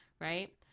right